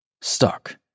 Stuck